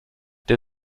der